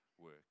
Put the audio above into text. work